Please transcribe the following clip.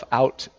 out